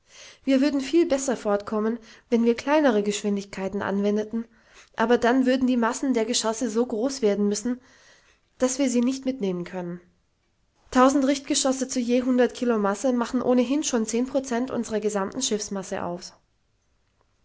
wir würden viel besser fortkommen wenn wir kleinere geschwindigkeiten anwendeten aber dann würden die massen der geschosse so groß werden müssen daß wir sie nicht mitnehmen können tausend richtgeschosse zu je hundert kilo masse machen ohnehin schon zehn prozent unsrer gesamten schiffsmasse aus